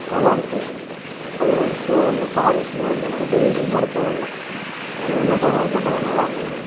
நல்லா இருக்குது அதே மாதிரி ஷூ வந்து பாலீஸூமே வந்து நம்ம டெய்லியும் போடத் தேவையில்ல அதில் ஒன்று விட்டு ஒரு நாள் போட்டாவே நல்லா இருக்குதுங்க